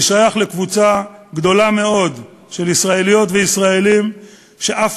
אני שייך לקבוצה גדולה מאוד של ישראליות וישראלים שאף